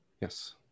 Yes